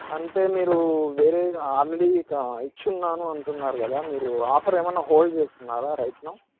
అంటే మీరు వేరే ఆల్రెడీ ఇక ఇచ్చి ఉన్నాను అంటున్నారు కదా మీరు ఆఫర్ ఏమైనా హోల్డ్ చేస్తున్నారా రైట్ నౌ